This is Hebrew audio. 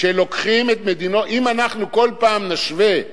אם כל פעם נשווה ב-OECD,